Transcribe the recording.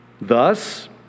Thus